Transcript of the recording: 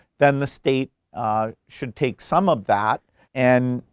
then the state should take some of that and.